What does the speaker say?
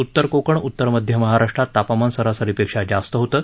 उतर कोकण उतर मध्य महाराष्ट्रात तापमान सरासरीपेक्षा जास्त होतं